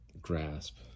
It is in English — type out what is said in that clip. grasp